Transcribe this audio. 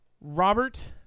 Robert